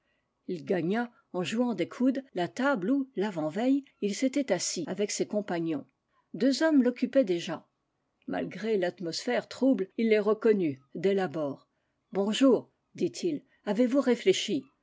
il gagna en jouant des coudes la table où l'avant-veille il s'était assis avec ses compagnons deux hommes l'occu paient déjà malgré l'atmosphère trouble il les reconnut dès l'abord bonjour dit-il avez-vous réfléchi